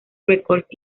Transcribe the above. records